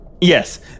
Yes